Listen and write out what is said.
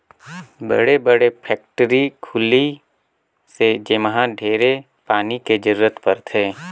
बड़े बड़े फेकटरी खुली से जेम्हा ढेरे पानी के जरूरत परथे